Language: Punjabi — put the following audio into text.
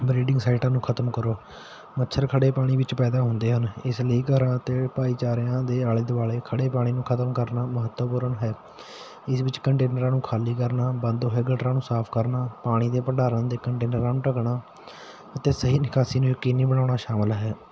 ਬਰੀਡਿੰਗ ਸਾਈਟਾਂ ਨੂੰ ਖਤਮ ਕਰੋ ਮੱਛਰ ਖੜ੍ਹੇ ਪਾਣੀ ਵਿੱਚ ਪੈਦਾ ਹੁੰਦੇ ਹਨ ਇਸ ਲਈ ਘਰਾਂ ਅਤੇ ਭਾਈਚਾਰਿਆਂ ਦੇ ਆਲੇ ਦੁਆਲੇ ਖੜ੍ਹੇ ਪਾਣੀ ਨੂੰ ਖਤਮ ਕਰਨਾ ਮਹੱਤਵਪੂਰਨ ਹੈ ਇਸ ਵਿੱਚ ਕੰਟੇਨਰਾਂ ਨੂੰ ਖਾਲੀ ਕਰਨਾ ਬੰਦ ਹੋਏ ਗਟਰਾਂ ਨੂੰ ਸਾਫ ਕਰਨਾ ਪਾਣੀ ਦੇ ਭੰਡਾਰਨ ਦੇਖਣ ਨੂੰ ਢਕਣਾ ਅਤੇ ਸਹੀ ਨਿਕਾਸੀ ਨੂੰ ਯਕੀਨੀ ਬਣਾਉਣਾ ਸ਼ਾਮਲ ਹੈ